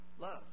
Love